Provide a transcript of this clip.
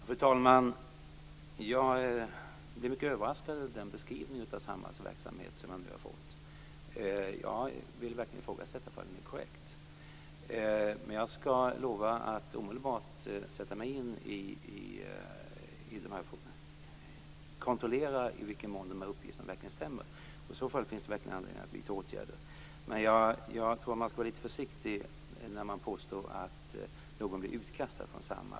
Fru talman! Jag blir mycket överraskad av den beskrivning av Samhalls verksamhet som jag nu har fått. Jag vill verkligen ifrågasätta om den är korrekt. Men jag lovar att omedelbart sätta mig in i det här och kontrollera i vilken mån uppgifterna verkligen stämmer. Stämmer de så finns det verkligen anledning att vidta åtgärder. Men jag tror att man skall vara lite försiktig när man påstår att någon blir utkastad från Samhall.